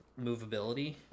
movability